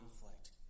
conflict